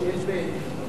שאין לה